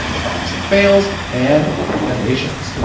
tribes and fails and recommendations.